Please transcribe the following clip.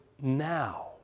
now